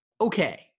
okay